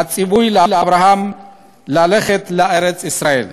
הציווי לאברהם ללכת לארץ-ישראל.